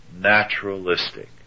naturalistic